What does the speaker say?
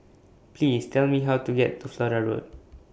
Please Tell Me How to get to Flora Road